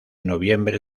noviembre